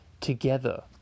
together